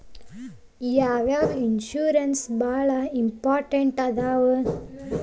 ಯಾವ್ಯಾವ ಇನ್ಶೂರೆನ್ಸ್ ಬಾಳ ಇಂಪಾರ್ಟೆಂಟ್ ಅದಾವ?